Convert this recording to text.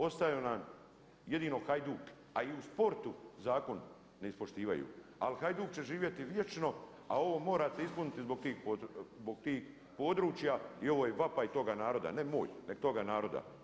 Ostaje nam jedino Hajduk, a i u sportu zakon ne ispoštivaju, ali Hajduk će živjeti vječno, a ovo morate ispuniti zbog tih područja i ovo je vapaj toga naroda, ne moj, nego toga naroda.